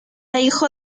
hijo